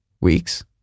weeks